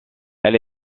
elle